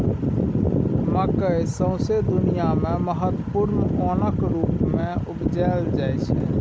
मकय सौंसे दुनियाँ मे महत्वपूर्ण ओनक रुप मे उपजाएल जाइ छै